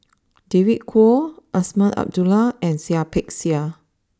David Kwo Azman Abdullah and Seah Peck Seah